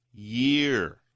year